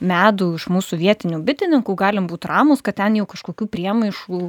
medų iš mūsų vietinių bitininkų galim būt ramūs kad ten jau kažkokių priemaišų